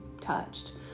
touched